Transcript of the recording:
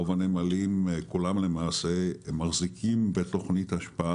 כל הנמלים מחזיקים בתוכנית אשפה,